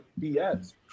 BS